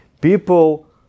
people